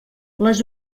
les